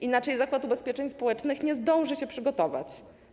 Inaczej Zakład Ubezpieczeń Społecznych nie zdąży się przygotować.